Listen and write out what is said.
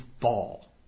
fall